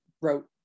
wrote